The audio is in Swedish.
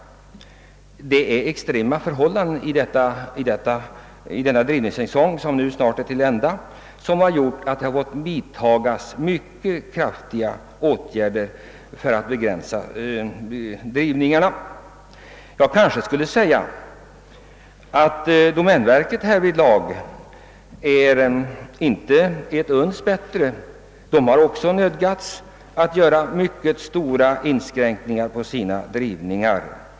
Det är extrema förhållanden under denna drivningssäsong, som medfört att mycket kraftiga åtgärder måst vidtagas för att begränsa drivningarna. Möjligt är att denna konjunktursvacka ligger fast något år framöver. Domänverket är i det fallet emellertid inte bättre. även där har man gjort stora inskränkningar i sina skogsdrivningar.